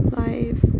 life